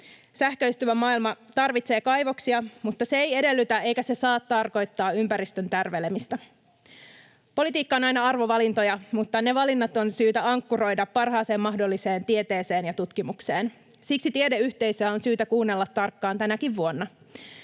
Sähköistyvä maailma tarvitsee kaivoksia, mutta se ei edellytä eikä se saa tarkoittaa ympäristön tärvelemistä. Politiikka on aina arvovalintoja, mutta ne valinnat on syytä ankkuroida parhaaseen mahdolliseen tieteeseen ja tutkimukseen. Siksi tiedeyhteisöä on syytä kuunnella tarkkaan tänäkin vuonna.